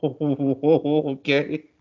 Okay